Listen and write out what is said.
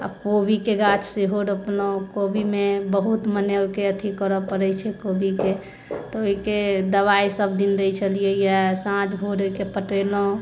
आ कोबीके गाछ सेहो रोपलहुँ कोबीमे बहुत मने ओहिके अथी करऽ पड़ैत छै कोबीके तऽ ओहिके दवाइ सब दिन दै छलियैया साँझ भोरे पटेलहुँ